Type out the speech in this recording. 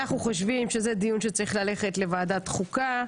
אנחנו חושבים שזה דיון שצריך ללכת לוועדת חוקה.